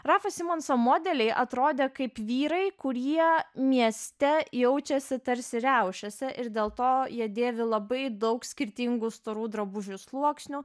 rafo simonso modeliai atrodė kaip vyrai kurie mieste jaučiasi tarsi riaušėse ir dėl to jie dėvi labai daug skirtingų storų drabužių sluoksnių